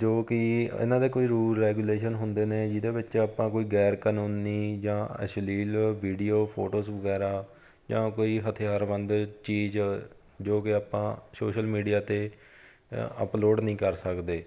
ਜੋ ਕਿ ਇਹਨਾਂ ਦੇ ਕੋਈ ਰੂਲ ਰੈਗੂਲੇਸ਼ਨ ਹੁੰਦੇ ਨੇ ਜਿਹਦੇ ਵਿੱਚ ਆਪਾਂ ਕੋਈ ਗੈਰ ਕਾਨੂੰਨੀ ਜਾਂ ਅਸ਼ਲੀਲ ਵੀਡੀਓ ਫੋਟੋਜ਼ ਵਗੈਰਾ ਜਾਂ ਕੋਈ ਹਥਿਆਰਬੰਦ ਚੀਜ਼ ਜੋ ਕਿ ਆਪਾਂ ਸੋਸ਼ਲ ਮੀਡੀਆ 'ਤੇ ਅਪਲੋਡ ਨਹੀਂ ਕਰ ਸਕਦੇ